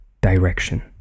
direction